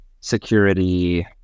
security